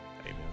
Amen